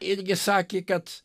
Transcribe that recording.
irgi sakė kad